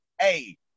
Hey